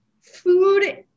food